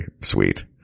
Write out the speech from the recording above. sweet